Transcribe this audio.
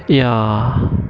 ya